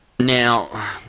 Now